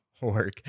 work